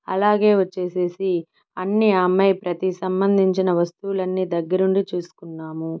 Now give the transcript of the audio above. అలాగే వచ్చేసేసి అన్ని ఆ అమ్మాయి ప్రతి సంబంధించిన వస్తువులన్నీ దగ్గర ఉండి చూసుకున్నాము